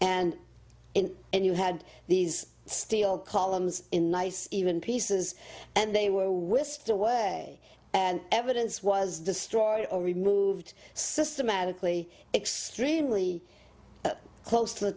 in and you had these steel columns in nice even pieces and they were whisked away and evidence was destroyed or removed systematically extremely close to the